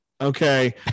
Okay